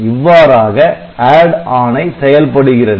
இவ்வாறாக ADD ஆணை செயல்படுகிறது